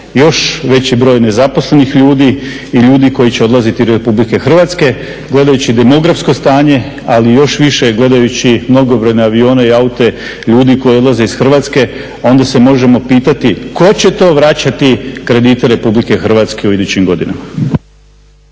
još veći broj nezaposlenih ljudi i ljudi koji će odlaziti iz RH. Gledajući demografsko stanje, ali još više gledajući mnogobrojne avione i aute ljudi koji odlaze iz Hrvatske onda se možemo pitati tko će to vraćati kredite RH u idućim godinama?